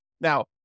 Now